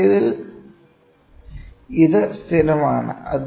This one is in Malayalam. മുമ്പത്തേതിൽ ഇത് സ്ഥിരമാണ്